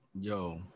Yo